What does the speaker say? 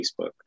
Facebook